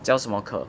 教什么课